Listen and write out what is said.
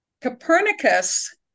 Copernicus